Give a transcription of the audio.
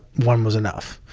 one was enough.